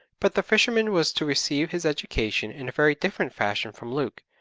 but the fisherman was to receive his education in a very different fashion from luke,